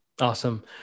Awesome